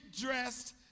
dressed